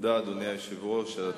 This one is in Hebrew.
אדוני היושב-ראש, תודה.